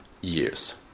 years